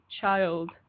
child